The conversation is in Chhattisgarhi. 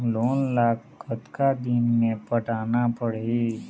लोन ला कतका दिन मे पटाना पड़ही?